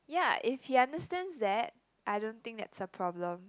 ya if he understands that I don't think that's a problem